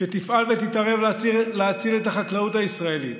שתפעל ותתערב להציל את החקלאות הישראלית,